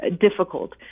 difficult